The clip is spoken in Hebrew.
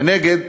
מנגד,